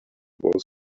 was